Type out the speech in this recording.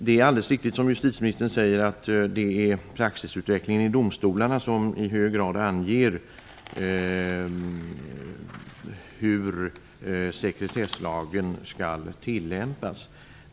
Det är alldeles riktigt som justitieministern säger att det är praxisutvecklingen i domstolarna som i hög grad anger hur sekretesslagen skall tillämpas.